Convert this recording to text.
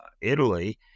Italy